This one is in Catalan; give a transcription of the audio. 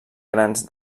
grans